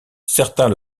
certains